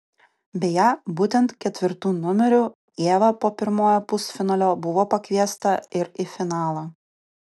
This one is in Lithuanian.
beje būtent ketvirtu numeriu ieva po pirmojo pusfinalio buvo pakviesta ir į finalą